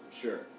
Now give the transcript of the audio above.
Sure